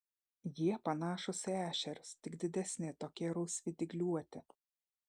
jie panašūs į ešerius tik didesni tokie rausvi dygliuoti